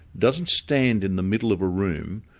doesn't stand in the middle of a room,